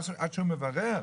עד שהוא מברר.